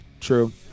true